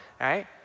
right